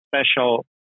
special